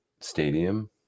stadium